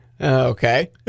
Okay